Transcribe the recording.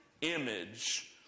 Image